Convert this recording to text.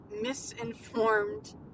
misinformed